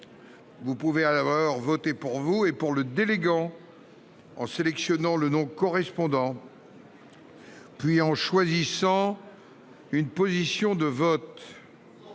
Vous pouvez alors voter pour vous et pour le délégant en sélectionnant le nom correspondant, puis en choisissant une position de vote.